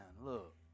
look